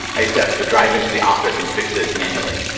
i used to have to drive into the office and fix it manually.